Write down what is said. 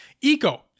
Eco